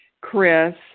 Chris